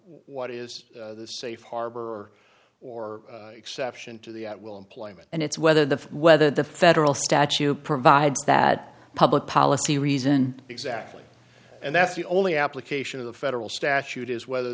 what is the safe harbor or exception to the at will employment and it's whether the whether the federal statute provides that public policy reason exactly and that's the only application of the federal statute is whether